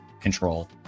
control